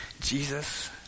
Jesus